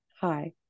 hi